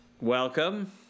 Welcome